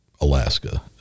Alaska